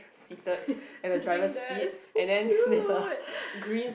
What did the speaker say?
sitting there it's so cute